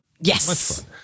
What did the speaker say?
Yes